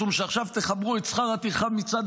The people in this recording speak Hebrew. משום שעכשיו תחברו את שכר הטרחה מצד